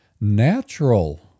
natural